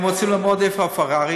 אם הם רוצים לעמוד איפה שהפרארי,